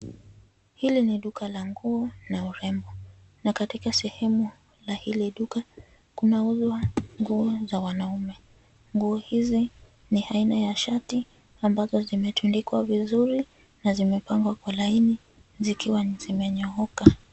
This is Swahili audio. Hili ni duka la nguo, na urembo. Na katika sehemu la hili duka, kunauzwa nguo za wanaume. Nguo hizi, ni aina ya shati ambazo zimetundikwa vizuri, na zimepangwa kwa laini, zikiwa zimenyooka.